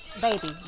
baby